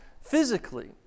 physically